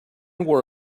wore